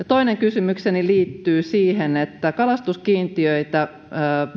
toinen kysymykseni liittyy siihen että kalastuskiintiöitä